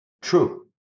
true